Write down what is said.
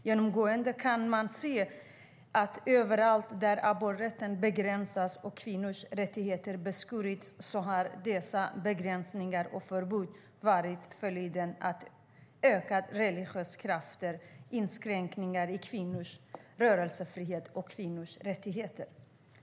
Genomgående kan man se att överallt där aborträtten har begränsats och kvinnors rättigheter har beskurits har dessa begränsningar och förbud varit följden av ökade religiösa krafter samt inskränkningar i kvinnors rörelsefrihet och kvinnors rättigheter.